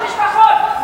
משפחות,